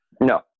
No